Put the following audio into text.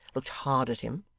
looked hard at him,